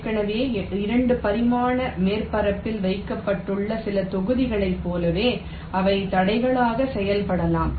ஏற்கனவே 2 பரிமாண மேற்பரப்பில் வைக்கப்பட்டுள்ள சில தொகுதிகளைப் போலவே அவை தடைகளாக செயல்படலாம்